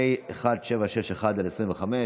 הצעת חוק פ/1761/25.